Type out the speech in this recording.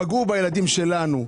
פגעו בילדים שלנו.